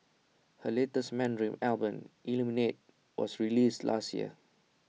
her latest Mandarin Album Illuminate was released last year